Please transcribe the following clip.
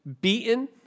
beaten